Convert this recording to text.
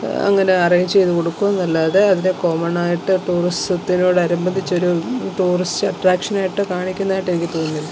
അങ്ങനെ അറേഞ്ച് ചെയ്ത് കൊടുക്കുമെന്നല്ലാതെ അതിനെ കോമണായിട്ട് ടൂറിസത്തിനോടനുബന്ധിച്ചൊരു ടൂറിസ്റ്റ് അട്ട്രാക്ഷനായിട്ട് കാണിക്കുന്നതായിട്ട് എനിക്ക് തോന്നുന്നില്ല